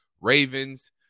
Ravens